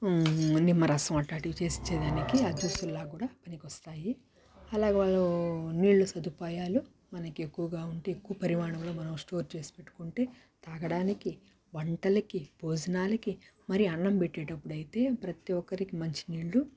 నిమ్మరసం అట్టాంటివి చేసి ఇచ్చేదానికి ఆ జూసులాగా కూడా పనికొస్తాయి అలాగే వాళ్ళు నీళ్ళు సదుపాయాలు మనకి ఎక్కువగా ఉంటే ఎక్కువ పరిమాణంలో మనం స్టోర్ చేసి పెట్టుకుంటే తాగడానికి వంటలకి భోజనాలకి మరి అన్నం పెట్టేటప్పుడు అయితే ప్రతి ఒక్కరికి మంచినీళ్ళు